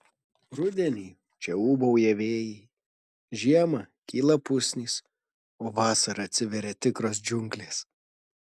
rudenį čia ūbauja vėjai žiemą kyla pusnys o vasarą atsiveria tikros džiunglės